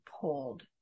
pulled